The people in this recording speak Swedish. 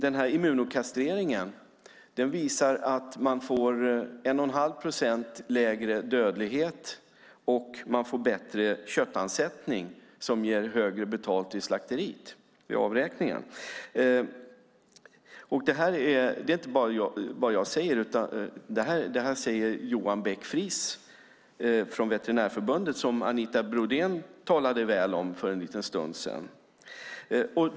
Med immunokastrering får man 1 1⁄2 procents lägre dödlighet och bättre köttansättning, som ger mer betalt vid avräkningen mot slakteriet. Det är inte bara vad jag säger, utan det säger Johan Beck-Friis från Veterinärförbundet som Anita Brodén talade väl om för en liten stund sedan.